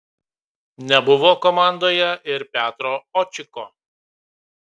nebuvo komandoje ir petro očiko